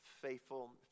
faithful